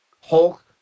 Hulk